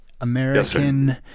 American